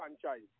franchise